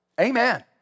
Amen